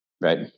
Right